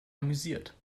amüsiert